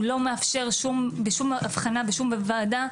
הוא לא מאפשר בשום אבחנה בשום ועדה,